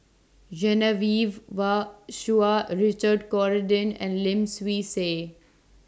Genevieve Chua Richard Corridon and Lim Swee Say